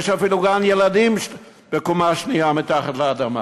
יש אפילו גן-ילדים בקומה שנייה מתחת לאדמה.